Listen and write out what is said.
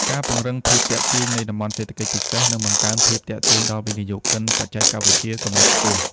ការពង្រឹងភាពទាក់ទាញនៃ តំបន់សេដ្ឋកិច្ចពិសេស នឹងបង្កើនភាពទាក់ទាញដល់វិនិយោគិនបច្ចេកវិទ្យាកម្រិតខ្ពស់។